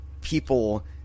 people –